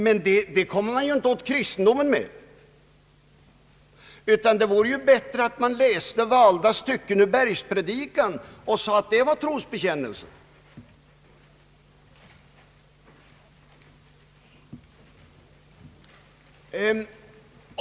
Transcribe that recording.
Men detta kommer man ju inte åt kristendomen med. Det vore bättre att man läste valda stycken ur bergspredikan och sade att det var trosbekännelsen.